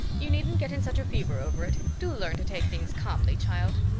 you needn't get in such a fever over it. do learn to take things calmly, child.